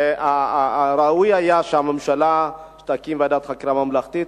ראוי היה שהממשלה תקים ועדת חקירה ממלכתית,